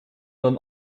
dann